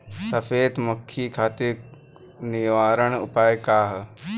सफेद मक्खी खातिर निवारक उपाय का ह?